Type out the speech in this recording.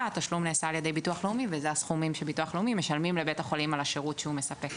לאומי על השירות שהוא מספק.